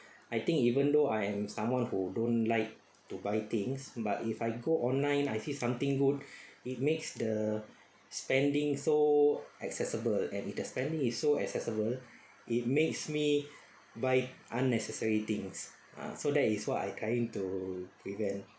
I think even though I am someone who don't like to buy things but if I go online I see something good it makes the spending so accessible and the spending is so accessible it makes me buy unnecessary things ah so that is why I carry to prevent